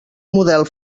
model